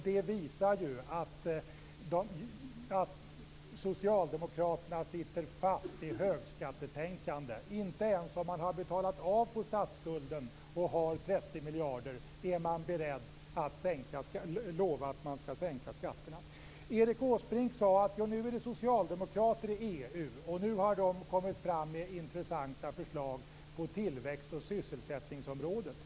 Det visar ju att Socialdemokraterna sitter fast i högskattetänkandet. Inte ens om man har betalat av på statsskulden och har 30 miljarder är man beredd att lova att man skall sänka skatterna. Erik Åsbrink sade att nu är det socialdemokrater i EU och nu har de kommit fram med intressanta förslag på tillväxt och sysselsättningsområdet.